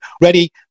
ready